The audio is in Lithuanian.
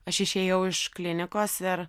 aš išėjau iš klinikos ir